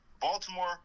Baltimore